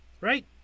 Right